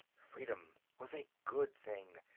freedom was a good thing.